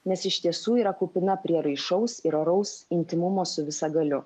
nes iš tiesų yra kupina prieraišaus ir oraus intymumo su visagaliu